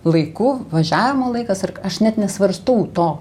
laiku važiavimo laikas ar aš net nesvarstau to